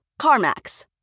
CarMax